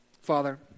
Father